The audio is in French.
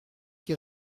qui